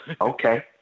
okay